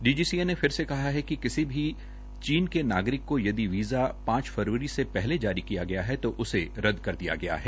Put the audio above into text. DGCA ने फिर से कहा है कि किसी भी चीन के नागरिक को यदि वीज़ा पांच फरवरी से पहले जारी किया गया है उसे रदद कर दिया गया है